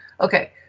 Okay